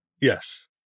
yes